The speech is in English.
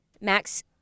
Max